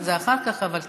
זה אחר כך, אבל כן.